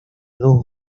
dos